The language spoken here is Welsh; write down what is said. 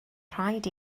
rhaid